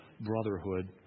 brotherhood